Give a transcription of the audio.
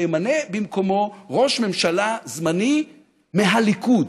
וימנה במקומו ראש ממשלה זמני מהליכוד.